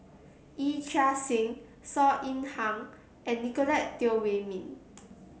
Yee Chia Hsing Saw Ean Ang and Nicolette Teo Wei Min